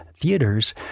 theaters